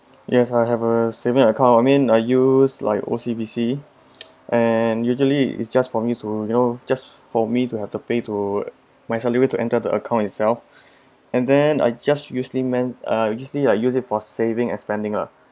yes I have a saving account I mean I used like O_C_B_C and usually it's just for me to you know just for me to have to pay to my salary to enter the account itself and then I just usually meant ah usually I use it for saving and spending lah